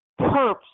perps